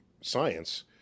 science